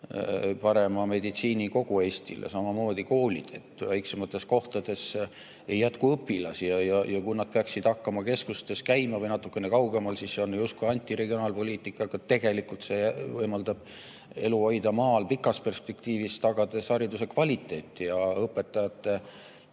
parema meditsiini kogu Eestile. Samamoodi koolid. Väiksemates kohtades ei jätku õpilasi ja kui nad peaksid hakkama keskustes käima või natukene kaugemal, siis see on justkui antiregionaalpoliitika, aga tegelikult see võimaldab pikas perspektiivis elu maal hoida, tagades hariduse kvaliteedi ja õpetajate